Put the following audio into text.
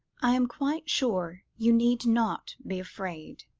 i am quite sure you need not be afraid